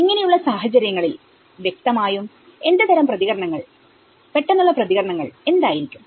ഇങ്ങനെയുള്ള സാഹചര്യങ്ങളിൽ വ്യക്തമായും എന്ത് തരം പ്രതികരണങ്ങൾ പെട്ടെന്നുള്ള പ്രതികരണങ്ങൾ എന്തായിരിക്കും